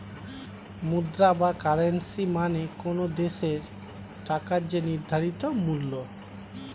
মুদ্রা বা কারেন্সী মানে কোনো দেশের টাকার যে নির্ধারিত মূল্য